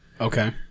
Okay